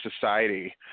society